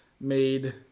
made